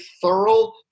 thorough